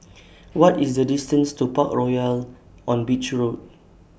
What IS The distance to Parkroyal on Beach Road